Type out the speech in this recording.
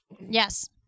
Yes